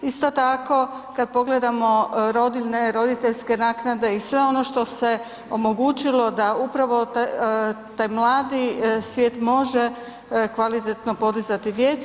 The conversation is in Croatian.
Isto tako, kad pogledamo rodiljne, roditeljske naknade i sve ono što se omogućilo da upravo taj mladi svijet može kvalitetno podizati djecu.